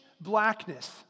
blackness